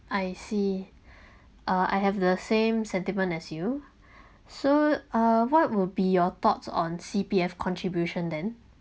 I see uh I have the same sentiment as you so uh what would be your thoughts on C_P_F contribution then